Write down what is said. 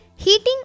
Heating